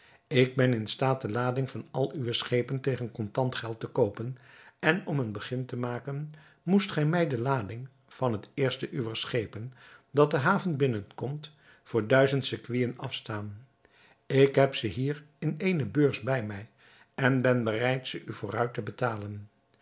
ik ben in staat de lading van al uwe schepen tegen kontant geld te koopen en om een begin te maken moest gij mij de lading van het eerste uwer schepen dat de haven binnenkomt voor duizend sequinen afstaan ik heb ze hier in eene beurs bij mij en ben bereid ze u vooruit te betalen